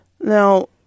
now